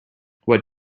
what